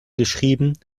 geschrieben